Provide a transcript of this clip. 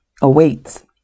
awaits